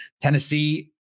Tennessee